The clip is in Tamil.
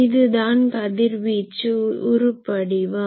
இது தான் கதிர்வீச்சு உருபடிவம்